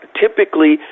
typically